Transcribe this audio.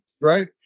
right